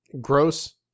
Gross